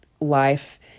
life